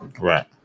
Right